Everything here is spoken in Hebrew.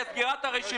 אני רוצה לומר הערה אחת.